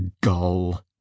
gull